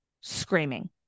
screaming